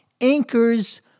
Anchors